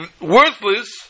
worthless